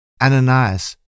Ananias